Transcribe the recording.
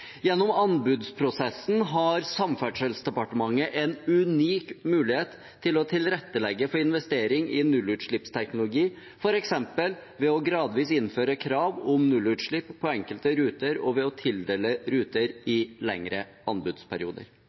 anbudsprosessen har Samferdselsdepartementet en unik mulighet til å tilrettelegge for investering i nullutslippsteknologi, for eksempel ved gradvis å innføre krav om nullutslipp på enkelte ruter og ved å tildele ruter i lengre anbudsperioder.»